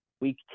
week